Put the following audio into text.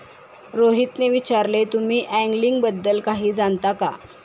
रोहितने विचारले, तुम्ही अँगलिंग बद्दल काही जाणता का?